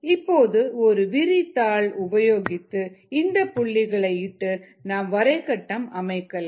இப்போது ஒரு விரி தாள் உபயோகித்து இந்த புள்ளிகளை இட்டு நாம் வரை கட்டம் அமைக்கலாம்